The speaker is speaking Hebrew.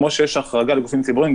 וכמו שיש החרגה לגופים ציבוריים,